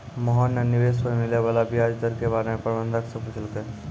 मोहन न निवेश पर मिले वाला व्याज दर के बारे म प्रबंधक स पूछलकै